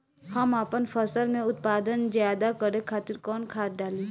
हम आपन फसल में उत्पादन ज्यदा करे खातिर कौन खाद डाली?